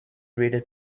rated